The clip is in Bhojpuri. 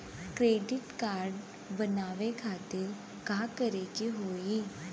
क्रेडिट कार्ड बनवावे खातिर का करे के होई?